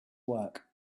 work